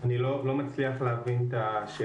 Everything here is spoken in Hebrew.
אני לא מצליח להבין את השאלה.